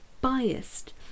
biased